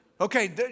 Okay